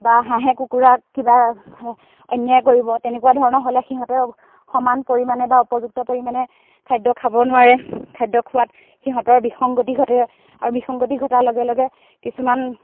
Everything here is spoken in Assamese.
বা হাঁহে কুকুৰাক কিবা অন্যায় কৰিব তেনেকুৱা ধৰণৰ হ'লে সিহঁতেও সমান পৰিমাণে বা উপযুক্ত পৰিমাণে খাদ্য খাব নোৱাৰে খাদ্য খোৱাত সিহঁতৰ বিসংগতি ঘটে আৰু বিসংগতি ঘটাৰ লগে লগে কিছুমান